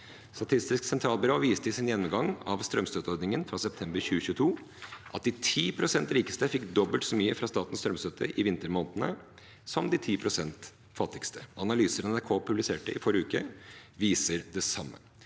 Statistisk sentralbyrå viste i sin gjennomgang av strømstøtteordningen fra september 2022 at de 10 pst. rikeste fikk dobbelt så mye fra statens strømstøtte i vintermånedene som de 10 pst. fattigste. Analyser NRK publiserte i forrige uke, viser det samme.